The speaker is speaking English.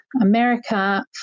America